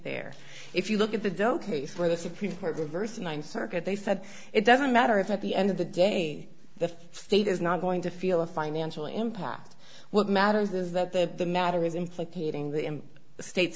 there if you look at the doe case where the supreme court reversed the ninth circuit they said it doesn't matter if at the end of the day the state is not going to feel a financial impact what matters is that there the